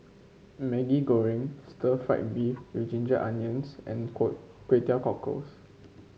Maggi Goreng Stir Fried Beef with Ginger Onions and Kway Teow Cockles